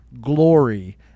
glory